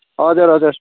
हजुर हजुर